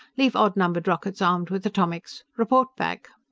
leave odd-numbered rockets armed with atomics. report back!